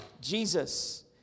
Jesus